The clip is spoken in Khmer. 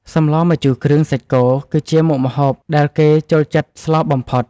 សម្លម្ជូរគ្រឿងសាច់គោ គឺជាមុខម្ហូបដែលគេចូលចិត្តស្លបំផុត។